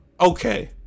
Okay